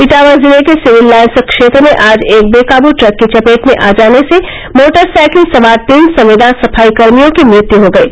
इटावा जिले के civil lines क्षेत्र में आज एक बेकाबू ट्रक की चपेट में आ जाने से मोटरसाइकिल सवार तीन संविदा सफाईकर्मियों की मृत्यु हो गयी